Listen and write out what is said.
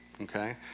okay